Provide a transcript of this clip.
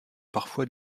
parfois